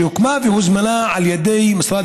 שהוקמה והוזמנה על ידי משרד